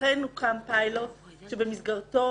אכן הוקם פיילוט שבמסגרתו